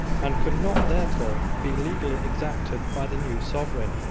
and could not therefore be legally exacted by the new sovereign.